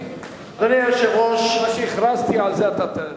מה שהכרזתי, על זה אתה תדבר.